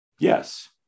Yes